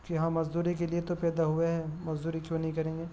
جی ہاں مزدوری کے لیے تو پیدا ہوئے ہیں مزدوری کیوں نہیں کریں گے